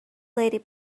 lady